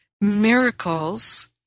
miracles